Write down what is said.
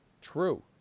True